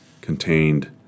contained